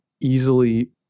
easily